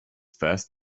first